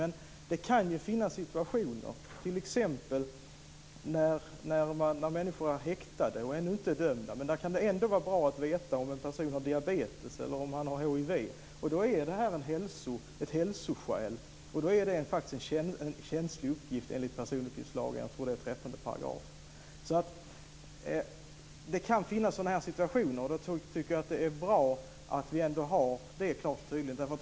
Men det kan ju finnas situationer, t.ex. när människor är häktade men ännu inte dömda, där kan det vara bra att veta om en person har diabetes eller hiv. Då är detta ett hälsoskäl, och då är det faktiskt en känslig uppgift enligt personuppgiftslagen - jag tror att det är dess 13:e paragraf. Det kan alltså finnas sådana situationer, och då tycker jag att det är bra att ha detta klart och tydligt.